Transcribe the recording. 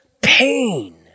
pain